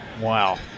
Wow